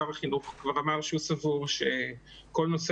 שר החינוך כבר אמר שהוא סבור שכל נושא